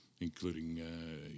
including